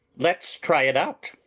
let's try it out.